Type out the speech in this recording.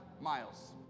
miles